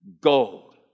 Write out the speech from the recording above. Gold